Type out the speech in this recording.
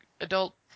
adult